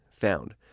found